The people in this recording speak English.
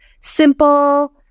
simple